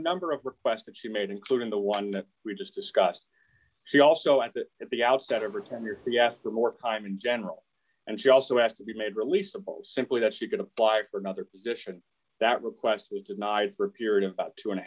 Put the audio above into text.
number of requests that she made including the one that we just discussed she also at that at the outset every ten years the asked for more time in general and she also asked to be made releasable simply that she could apply for another position that request was denied for a period of about two and a